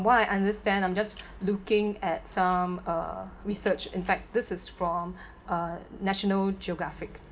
what I understand I'm just looking at some uh research in fact this is from uh national geographic